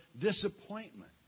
disappointment